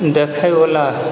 देखएवला